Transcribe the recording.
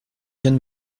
vient